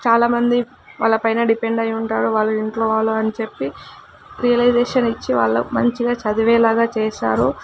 చాలా మంది వాళ్ళ పైన డిపెండ్ అయి ఉంటారు వాళ్ళ ఇంట్లో వాళ్ళు అని చెప్పి రియలైజేషన్ ఇచ్చి వాళ్ళ మంచిగా చదివేలాగా చేశారు